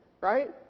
right